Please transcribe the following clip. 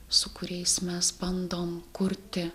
su kuriais mes bandom kurti